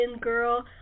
girl